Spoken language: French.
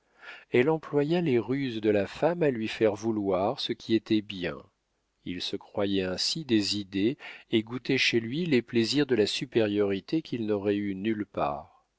elle employa les ruses de la femme à lui faire vouloir ce qui était bien il se croyait ainsi des idées et goûtait chez lui les plaisirs de la supériorité qu'il n'aurait eue nulle part